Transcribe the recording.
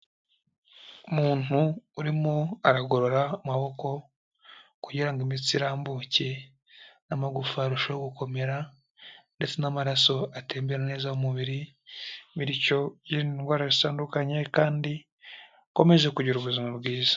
Umuntu urimo aragorora amaboko, kugira ngo imitsi irambuke n'amagufa arusheho gukomera, ndetse n'amaraso atembera neza mu mubiri, bityo yirinde idwara zitandukanye kandi akomeze kugira ubuzima bwiza.